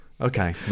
Okay